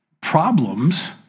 problems